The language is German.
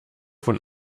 von